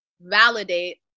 validate